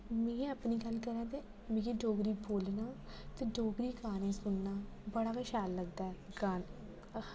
मिगी अपनी गल्ल करां ते मीं डोगरी बोलने ते डोगरी गाने सुनना बड़ा गै शैल लगदा ऐ गाने